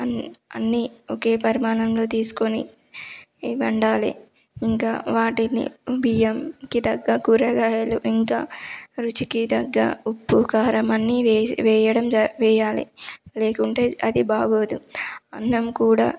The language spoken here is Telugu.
అండ్ అన్నీ ఒకే పరిమాణంలో తీసుకొని వండాలి ఇంకా వాటిని బియ్యంకి తగ్గ కూరగాయలు ఇంకా రుచికి తగ్గ ఉప్పు కారం అన్నీ వేసి వేయడం జ వేయాలి లేకుంటే అది బాగోదు అన్నం కూడా